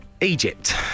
Egypt